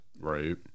Right